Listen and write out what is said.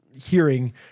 hearing